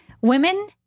women